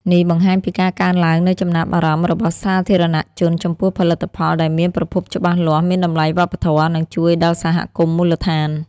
នេះបង្ហាញពីការកើនឡើងនូវចំណាប់អារម្មណ៍របស់សាធារណជនចំពោះផលិតផលដែលមានប្រភពច្បាស់លាស់ មានតម្លៃវប្បធម៌ និងជួយដល់សហគមន៍មូលដ្ឋាន។